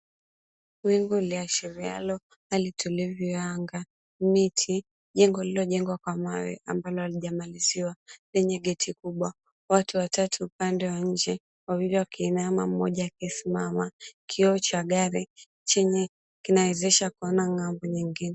Wingu liashirialo hali tulivu ya anga, miti, jengo lililojengwa kwa mawe ambalo halijamaliziwa lenye geti kubwa, watu wa nje, wengine wakiinama wengine wakisimama, kioo cha gari chenye kinawezesha kuna ng'ambo nyingine.